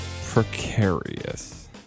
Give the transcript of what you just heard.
precarious